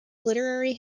literary